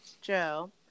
Joe